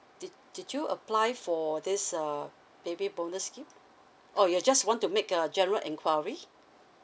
did did you apply for this uh baby bonus scheme oh you just want to make a general enquiry